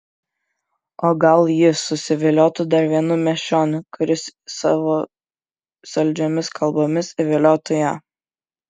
o gal ji susiviliotų dar vienu miesčioniu kuris savo saldžiomis kalbomis įviliotų ją